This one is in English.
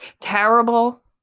terrible